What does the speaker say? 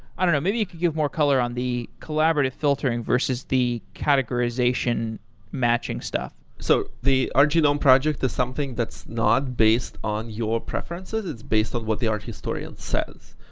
i don't know. maybe you can give more color on the collaborative filtering versus the categorization matching stuff so the art genome project is something that's not based on your preferences. it's based on what the art historian says.